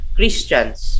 Christians